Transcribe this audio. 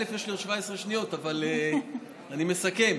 יש לי עוד 17 שניות, אבל אני מסכם.